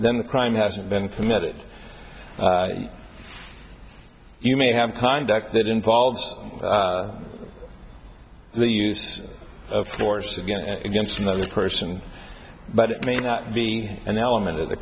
the crime has been committed you may have conduct that involves the use of force again against another person but it may not be an element of the